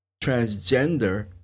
Transgender